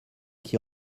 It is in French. qui